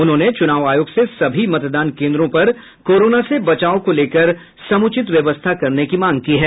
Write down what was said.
उन्होंने चूनाव आयोग से सभी मतदान केन्द्रों पर कोरोना से बचाव को लेकर समूचित व्यवस्था करने की मांग की है